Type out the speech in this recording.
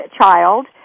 child